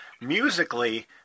musically